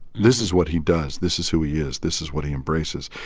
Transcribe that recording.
this is what he does. this is who he is. this is what he embraces.